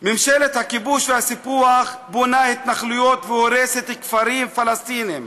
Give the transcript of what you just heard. ממשלת הכיבוש והסיפוח בונה התנחלויות והורסת כפרים פלסטיניים,